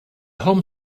home